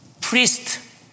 priest